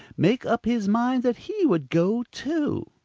make up his mind that he would go too.